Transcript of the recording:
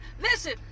listen